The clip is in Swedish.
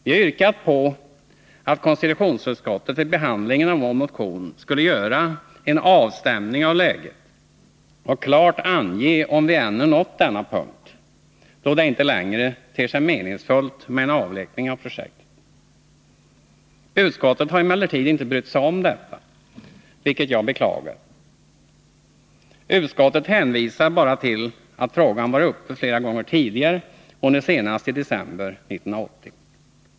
Vi har yrkat på att konstitutionsutskottet vid behandlingen av vår motion skulle göra en avstämning av läget och klart ange om vi ännu nått den punkt då det inte längre ter sig meningsfullt med en avveckling av projektet. Utskottet har emellertid inte brytt sig om detta, vilket jag beklagar. Utskottet hänvisar bara till att frågan varit uppe flera gånger tidigare och nu senast i december 1980.